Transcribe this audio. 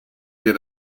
der